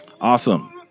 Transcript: awesome